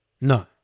No